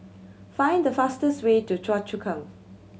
find the fastest way to Choa Chu Kang